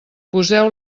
poseu